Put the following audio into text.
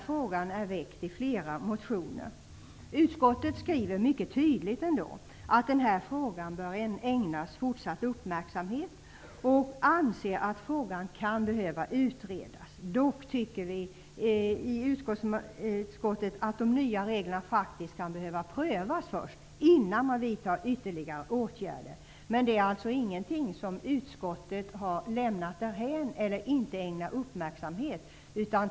Frågan tas upp i flera motioner. Utskottet skriver mycket tydligt att frågan bör ägnas fortsatt uppmärksamhet och anser att frågan kan behöva utredas. Vi i utskottet tycker dock att de nya reglerna faktiskt kan behöva prövas innan ytterligare åtgärder vidtas. Det är alltså inte så att utskottet har lämnat detta därhän eller att detta inte har ägnats uppmärksamhet.